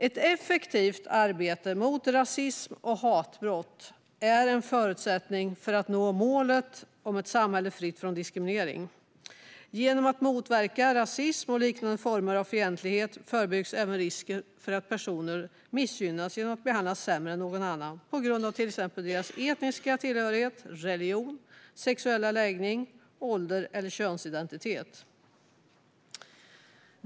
Ett effektivt arbete mot rasism och hatbrott är en förutsättning för att nå målet om ett samhälle fritt från diskriminering. Genom att motverka rasism och liknande former av fientlighet förebygger man även risken för att personer missgynnas genom att behandlas sämre än någon annan på grund av till exempel etnisk tillhörighet, religion, sexuell läggning, ålder eller könsidentitet.